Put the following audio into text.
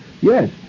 yes